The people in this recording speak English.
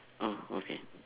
oh okay